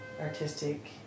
artistic